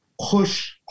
push